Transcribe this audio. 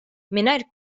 mingħajr